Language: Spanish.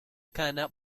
kana